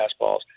fastballs